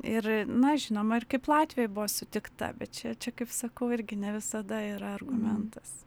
ir na žinoma ir kaip latvijoj buvo sutikta bet čia čia kaip sakau irgi ne visada yra argumentas